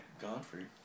Godfrey